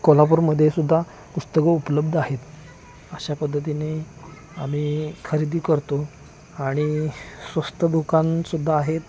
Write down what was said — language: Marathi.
कोल्हापूरमध्ये सुद्धा पुस्तकं उपलब्ध आहेत अशा पद्धतीने आम्ही खरेदी करतो आणि स्वस्त दुकानसुद्धा आहेत